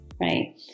Right